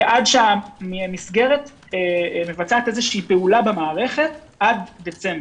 עד שהמסגרת עושה איזושהי פעולה במערכת עד דצמבר.